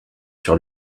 sur